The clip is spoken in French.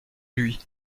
lui